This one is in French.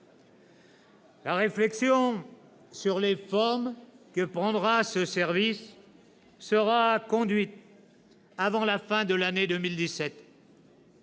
La réflexion sur les formes que prendra ce service sera conduite avant la fin de l'année 2017.